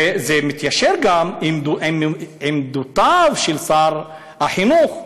וזה מתיישר גם עם עמדותיו של שר החינוך,